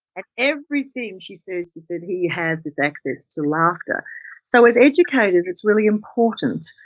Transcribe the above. and everything, she says she says he has this access to laughter so as educator's it's really important,